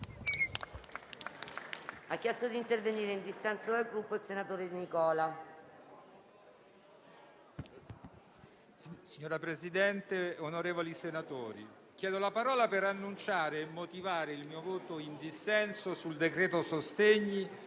Signora Presidente, onorevoli senatori, chiedo la parola per annunciare e motivare il mio voto in dissenso sul decreto sostegni,